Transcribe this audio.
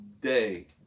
day